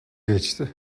geçti